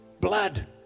blood